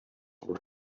were